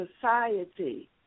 society